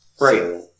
Right